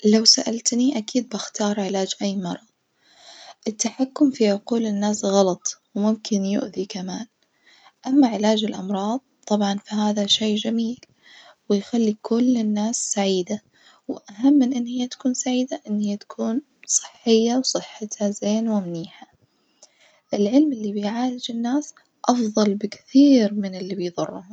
لو سألتني أكيد بختار علاج أي مرظ التحكم في عقول الناس غلط وممكن يؤذي كمان، أما علاج الأمراظ طبعًا فهذا شي جميل ويخلي كل الناس سعيدة وأهم من إن هي تكون سعيدة إن هي تكون صحية وصحتها زين ومنيجة، العلم اللي بيعالج الناس أفظل بكثير من اللي بيظرهم.